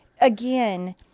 again